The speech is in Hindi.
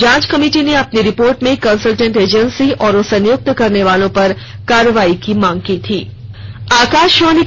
जांच कमिटि ने अपॅनी रिपोर्ट में कंसल्टेंट एजेन्सी और उसे नियुक्त करनेवालों पर कार्रवाई की मांग की थी